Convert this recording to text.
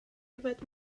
yfed